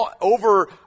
over